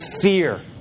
fear